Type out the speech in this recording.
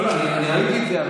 לא, לא, אני ראיתי את זה.